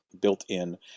built-in